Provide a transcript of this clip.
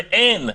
ואין,